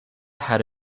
had